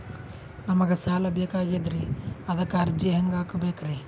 ನಮಗ ಸಾಲ ಬೇಕಾಗ್ಯದ್ರಿ ಅದಕ್ಕ ಅರ್ಜಿ ಹೆಂಗ ಹಾಕಬೇಕ್ರಿ?